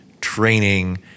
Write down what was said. training